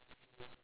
ya